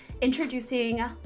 Introducing